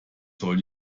soll